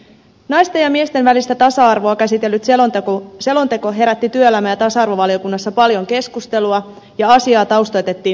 naisten ja miesten välistä tasa arvoa käsitellyt selonteko herätti työelämä ja tasa arvovaliokunnassa paljon keskustelua ja asiaa taustoitettiin laajasti